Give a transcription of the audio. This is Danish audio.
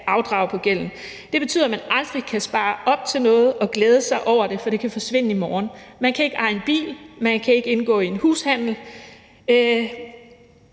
afdrage på gælden, og det betyder, at man aldrig kan spare op til noget og glæde sig over det, for det kan forsvinde i morgen. Man kan ikke eje en bil, man kan ikke indgå i en hushandel, og